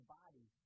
body